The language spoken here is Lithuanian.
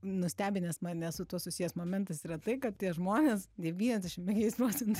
nustebinęs mane su tuo susijęs momentas yra tai kad tie žmonės devyniasdešim penkiais procentais